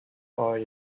already